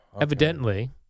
Evidently